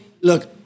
Look